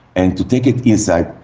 and to take it inside,